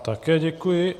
Také děkuji.